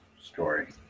story